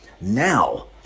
now